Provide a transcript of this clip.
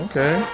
Okay